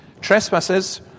trespasses